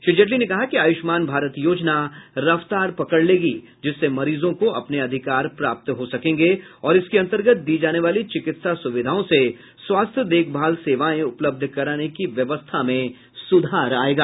श्री जेटली ने कहा कि आयूष्मान भारत योजना रफ्तार पकड़ लेगी जिससे मरीजों को अपने अधिकार प्राप्त हो सकेंगे और इसके अन्तर्गत दी जाने वाली चिकित्सा सुविधाओं से स्वास्थ्य देखभाल सेवाएं उपलब्ध कराने की व्यवस्था में सूधार आयेगा